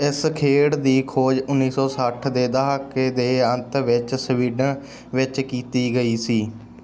ਇਸ ਖੇਡ ਦੀ ਖੋਜ ਉੱਨੀ ਸੌ ਸੱਠ ਦੇ ਦਹਾਕੇ ਦੇ ਅੰਤ ਵਿੱਚ ਸਵੀਡਨ ਵਿੱਚ ਕੀਤੀ ਗਈ ਸੀ